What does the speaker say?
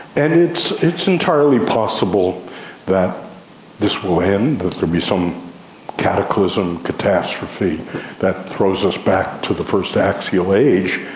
and it's it's entirely possible that this will end, that there will be some cataclysm, catastrophe that throws us back to the first axial age.